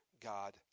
God